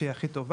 רישיון רציני,